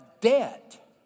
debt